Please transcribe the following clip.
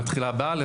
שמתחילה ב-א',